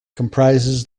comprises